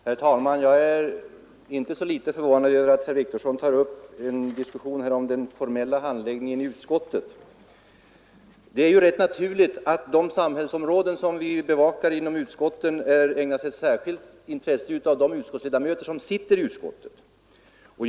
Herr talman! Jag är inte så litet förvånad över att herr Wictorsson tar upp en diskussion här om den formella handläggningen i utskottet. Det är ju rätt naturligt att de samhällsområden som vi bevakar inom utskotten ägnas ett särskilt intresse av de ledamöter som sitter utskotten.